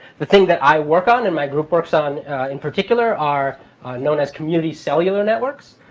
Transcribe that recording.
the thing that i work on, and my group works on in particular, are known as community cellular networks.